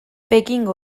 pekingo